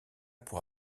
pour